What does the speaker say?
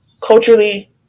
culturally